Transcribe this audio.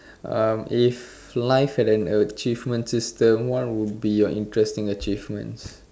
uh if life had an achievement system what would be your interesting achievements